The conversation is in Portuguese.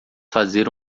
fazer